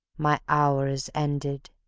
my hour is ended,